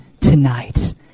tonight